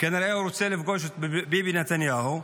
כנראה הוא רוצה לפגוש את ביבי נתניהו,